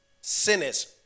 sinners